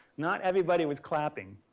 not everybody was clapping,